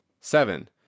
seven